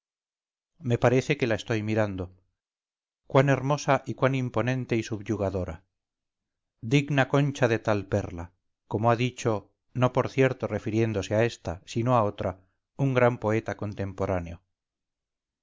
mirando cuán hermosa y cuán imponente y subyugadora digna concha de tal perla como ha dicho no por cierto refiriéndose a esta sino a otra un gran poeta contemporáneo